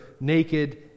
naked